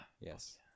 Yes